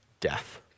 death